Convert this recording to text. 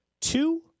Two